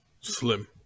slim